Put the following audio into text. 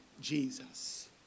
Jesus